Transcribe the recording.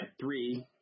three